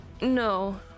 no